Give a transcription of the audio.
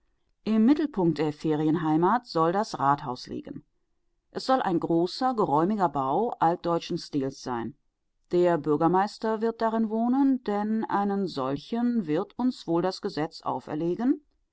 im mittelpunkt der ferienheimat soll das rathaus liegen es soll ein großer geräumiger bau altdeutschen stils sein der bürgermeister wird darin wohnen denn einen solchen wird uns wohl das gesetz auferlegen